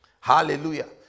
Hallelujah